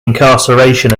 incarceration